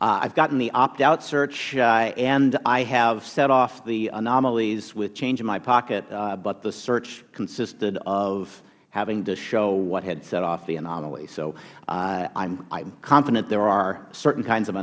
have gotten the opt out search and i have set off the anomalies with change in my pocket but the search consisted of having to show what had set off the anomalies so i am confident there are certain kinds of